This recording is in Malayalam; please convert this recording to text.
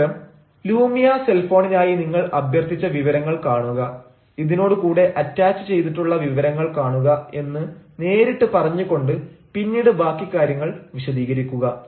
പകരം ലൂമിയ സെൽഫോണിനായി നിങ്ങൾ അഭ്യർത്ഥിച്ച വിവരങ്ങൾ കാണുക ഇതിനോട് കൂടെ അറ്റാച്ച് ചെയ്തിട്ടുള്ള വിവരങ്ങൾ കാണുക എന്ന് നേരിട്ട് പറഞ്ഞുകൊണ്ട് പിന്നീട് ബാക്കി കാര്യങ്ങൾ വിശദീകരിക്കുക